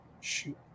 Shoot